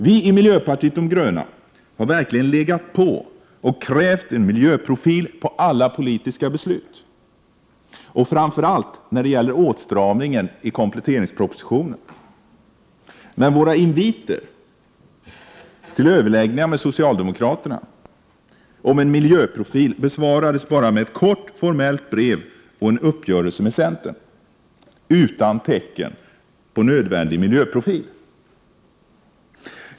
Vi i miljöpartiet de gröna har verkligen legat på och krävt miljöprofil på alla politiska beslut, och framför allt när det gäller åtstramningen i kompletteringspropositionen. Våra inviter till överläggningar med socialdemokraterna om en miljöprofil besvarades dock bara med ett kort formellt brev och en uppgörelse med centern, utan tecken på nödvändig miljöprofil.